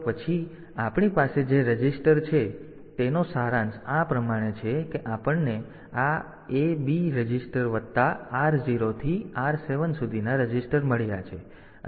તો પછી આપણી પાસે જે રજીસ્ટર છે તેનો સારાંશ આ પ્રમાણે છે કે આપણને આ A B રજીસ્ટર વત્તા R 0 થી R 7 સુધીના રજીસ્ટર મળ્યા છે